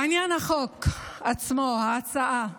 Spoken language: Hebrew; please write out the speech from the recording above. לעניין החוק עצמו, הצעת החוק: